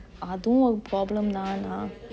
அதுவு ஒரு:athuvu oru problem தா ஆனா:thaa aana